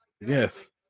Yes